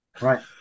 Right